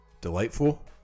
Delightful